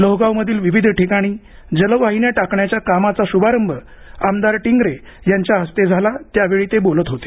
लोहगाव मधील विविध ठिकाणी जलवाहिन्या टाकण्याच्या कामाचा शूभारंभ आमदार टिंगरे यांच्या हस्ते झाला त्यावेळी ते बोलत होते